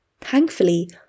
Thankfully